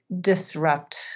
disrupt